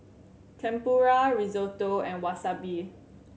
Tempura Risotto and Wasabi